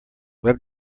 web